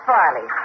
Farley